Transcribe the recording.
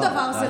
שום דבר זה לא,